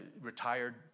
Retired